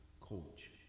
coach